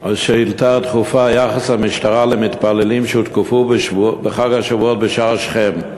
שאילתה דחופה יחס המשטרה למתפללים שהותקפו בחג השבועות בשער שכם.